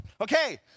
Okay